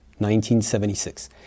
1976